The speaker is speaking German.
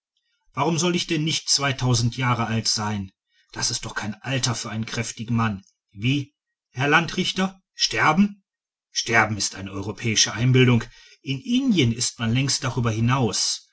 warum soll ich denn nicht zweitausend jahre alt sein das ist doch kein alter für einen kräftigen mann wie herr landrichter sterben sterben ist eine europäische einbildung in indien ist man längst darüber hinaus